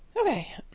Okay